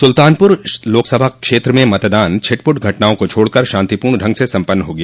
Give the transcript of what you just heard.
सुल्तानपुर लोकसभा क्षेत्र में मतदान छिटपुट घटनाओं को छोड़कर शांतिपूर्ण ढंग से सम्पन्न हो गया